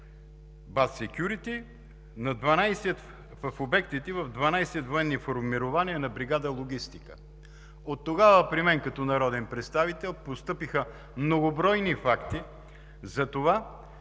„Бат Секюрити“, в обектите – в 12 военни формирования на бригада „Логистика“. Оттогава при мен като народен представител постъпиха многобройни факти за това,